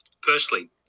Firstly